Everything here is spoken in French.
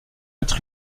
être